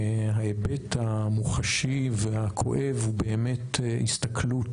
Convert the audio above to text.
ההיבט המוחשי והכואב הוא באמת הסתכלות